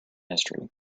history